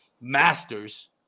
Masters